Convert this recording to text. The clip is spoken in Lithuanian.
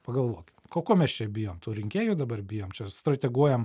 pagalvokim ko ko mes čia bijom tų rinkėjų dabar bijom čia strateguojam